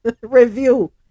review